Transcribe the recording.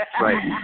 Right